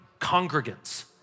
congregants